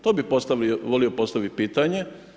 To bi volio postaviti pitanje.